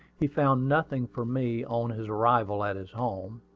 he found nothing from me on his arrival at his home,